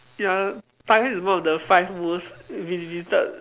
ya Thailand is one of the five most visited